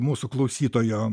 mūsų klausytojo